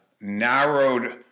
narrowed